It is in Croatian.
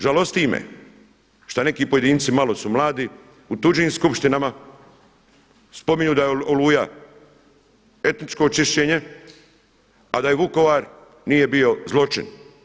Žalosti me šta neki pojedinci malo su mladi u tuđim skupštinama spominju da je Oluja etničko čišćenje, a da Vukovar nije bio zločin.